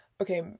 Okay